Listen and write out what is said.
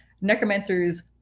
necromancers